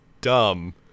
dumb